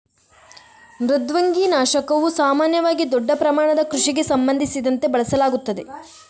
ಮೃದ್ವಂಗಿ ನಾಶಕವು ಸಾಮಾನ್ಯವಾಗಿ ದೊಡ್ಡ ಪ್ರಮಾಣದ ಕೃಷಿಗೆ ಸಂಬಂಧಿಸಿದಂತೆ ಬಳಸಲಾಗುತ್ತದೆ